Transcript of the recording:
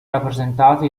rappresentata